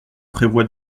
prévoit